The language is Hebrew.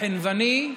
לחנווני,